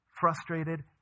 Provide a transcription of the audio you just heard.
frustrated